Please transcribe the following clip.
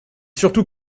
surtout